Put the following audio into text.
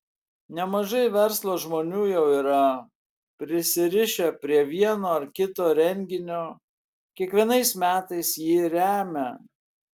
nemažai verslo žmonių jau yra prisirišę prie vieno ar kito renginio kiekvienais metais jį remią